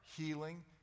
healing